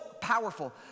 powerful